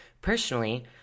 Personally